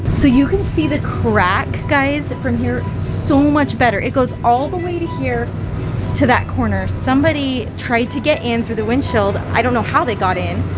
so you can see the crack, guys, from here so much better. it goes all the way to here to that corner. somebody tried to get in through the windshield. i don't know how they got in,